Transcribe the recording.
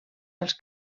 als